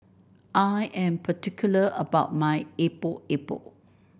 I am particular about my Epok Epok